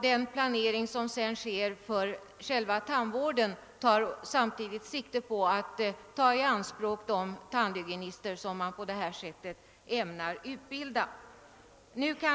Den planering som där sker för själva tandvården tar samtidigt sikte på att ianspråkta de tandhygienister som utbildas på detta sätt.